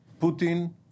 Putin